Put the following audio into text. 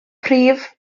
prif